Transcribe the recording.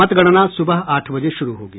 मतगणना सुबह आठ बजे शुरू होगी